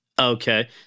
Okay